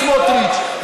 סמוטריץ.